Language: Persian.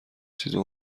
چیزو